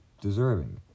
deserving